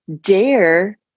dare